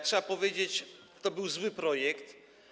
Trzeba powiedzieć: to był zły projekt.